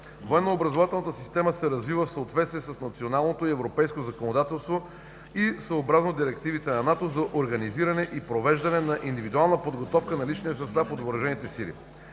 военно-образователната система се развива в съответствие с националното и европейското законодателство и съобразно директивите на НАТО за организиране и провеждане на индивидуална подготовка на личния състав на въоръжените сили.